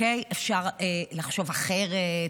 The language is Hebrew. אפשר לחשוב אחרת.